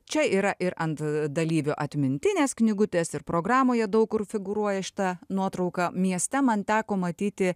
čia yra ir ant dalyvių atmintinės knygutės ir programoje daug kur figūruoja šita nuotrauka mieste man teko matyti